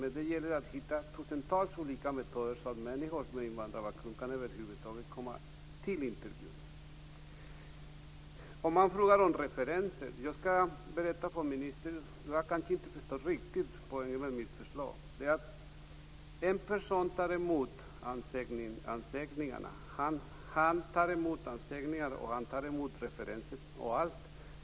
Men det gäller att hitta tusentals olika metoder så att människor med invandrarbakgrund över huvud taget kan komma till en intervju. Ministern talar om referenser. Jag skall berätta om poängen med mitt förslag, som ministern kanske inte riktigt har förstått. En person tar emot ansökningarna, referenserna och allt.